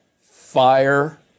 fire